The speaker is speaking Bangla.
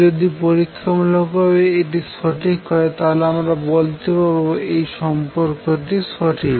যদি পরীক্ষামূলকভাবে এটি সঠিক হয় তাহলে আমরা বলতে পারবো এই সম্পর্কটি সঠিক